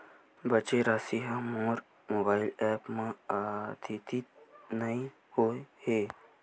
बचे राशि हा मोर मोबाइल ऐप मा आद्यतित नै होए हे